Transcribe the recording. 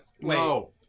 no